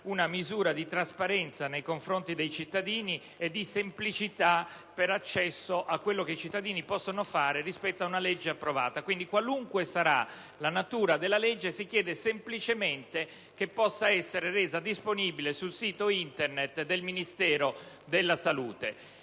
una misura di trasparenza nei confronti dei cittadini e di semplicità per l'accesso a quello che i cittadini possono fare rispetto a una legge approvata. Quindi, qualunque sarà la natura della legge, si chiede semplicemente che possa essere resa disponibile sul sito Internet del Ministero della salute.